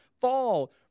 fall